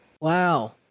Wow